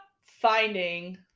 finding